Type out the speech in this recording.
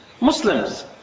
Muslims